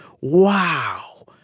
wow